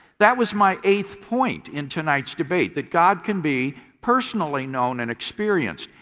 that was my eighth point in tonight's debate that god can be personally known and experienced.